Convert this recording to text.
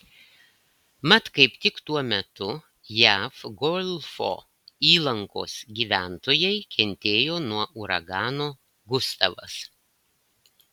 mat kaip tik tuo metu jav golfo įlankos gyventojai kentėjo nuo uragano gustavas